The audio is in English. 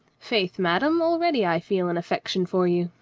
faith, madame, already i feel an affec tion for you.